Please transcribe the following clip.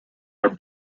are